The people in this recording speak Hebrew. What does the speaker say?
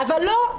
אבל לא.